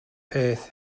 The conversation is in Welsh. peth